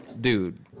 Dude